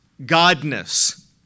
godness